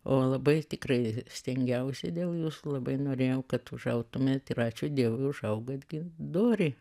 o labai tikrai stengiausi dėl jūsų labai norėjau kad užaugtumėt ir ačiū dievui užaugot gi dori